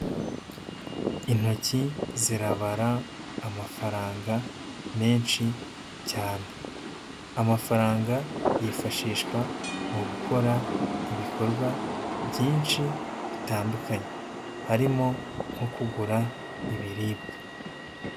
Intoki zirabara amafaranga menshi cyane. Amafaranga yifashishwa mu gukora ibikorwa byinshi bitandukanye. Harimo nko kugura ibiribwa.